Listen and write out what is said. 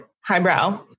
highbrow